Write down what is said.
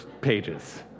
pages